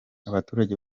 abaturage